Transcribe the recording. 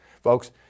Folks